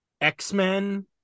X-Men